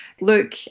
Look